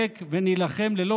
ברור.